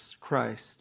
christ